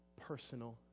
personal